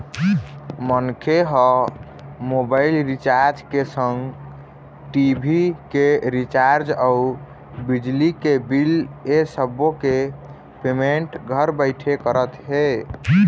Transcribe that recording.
मनखे ह mobile recharge के संग टी.भी के रिचार्ज अउ बिजली के बिल ऐ सब्बो के पेमेंट घर बइठे करत हे